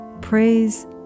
praise